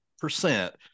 percent